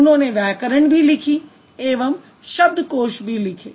उन्होंने व्याकरण भी लिखी एवं शब्दकोश भी लिखा